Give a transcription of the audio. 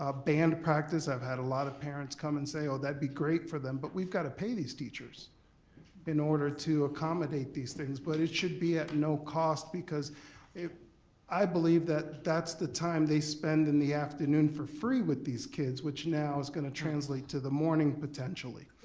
ah band practice, i've had a lot of parents come and say oh that'd be great for them. but we've gotta pay these teachers in order to accommodate these things but it should be at no cost because i believe that that's the time they spend in the afternoon for free with these kids, which now is gonna translate to the morning potentially.